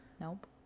Nope